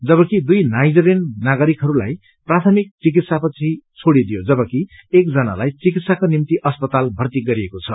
जबकि दुइ नाइजेरियन नागरिकहरूलाई प्राथमिक चिकित्सा पछि छोड़िदियो जबकि एकजनालाई चिकित्साको निम्ति अस्पतालमा भर्ती गरिएको छ